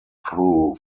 through